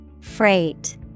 Freight